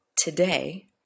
today